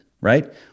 right